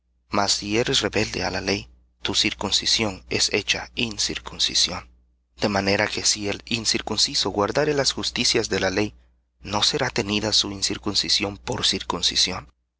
mas si eres rebelde á la ley tu circuncisión es hecha incircuncisión de manera que si el incircunciso guardare las justicias de la ley no será tenida su incircuncisión por circuncisión